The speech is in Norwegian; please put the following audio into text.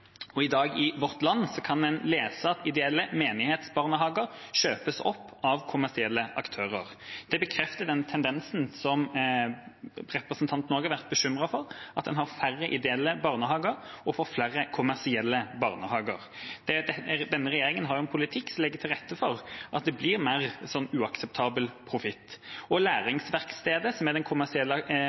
I dag i Vårt Land kan en lese at ideelle menighetsbarnehager kjøpes opp av kommersielle aktører. Det bekrefter den tendensen som representanten Grøvan også har vært bekymret for – at en har færre ideelle barnehager og får flere kommersielle barnehager. Denne regjeringa har en politikk som legger til rette for at det blir mer uakseptabel profitt. Læringsverkstedet, som er den kommersielle